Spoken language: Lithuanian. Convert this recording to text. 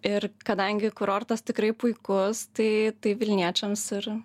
ir kadangi kurortas tikrai puikus tai tai vilniečiams ir